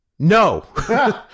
No